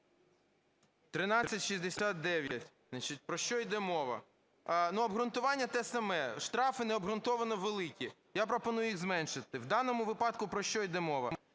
про що йде мова? Обґрунтування те саме. Штрафи необґрунтовано великі. Я пропоную їх зменшити. В даному випадку про що йде мова?